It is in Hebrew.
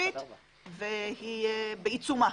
אינטנסיבית והיא בעיצומה.